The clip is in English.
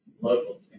local